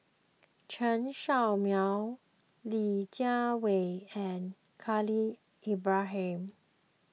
Chen Show Mao Li Jiawei and Khalil Ibrahim